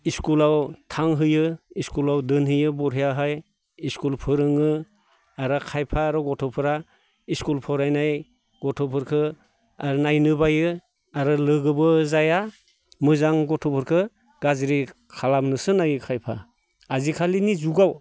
इस्कुलाव थांहोयो इस्कुलाव दोनहैयो बरियाहाय इस्कुल फोरोङो आरो खायफा आरो गथ'फोरा इस्कुल फरायनाय गथ'फोरखौ आरो नायनो बायो आरो लोगोबो जाया मोजां गथ'फोरखौ गाज्रि खालामनोसो नायो खायफा आजिखालिनि जुगाव